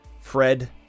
Fred